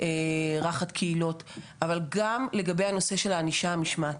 אבל גם לגבי הנושא של הענישה המשמעתית.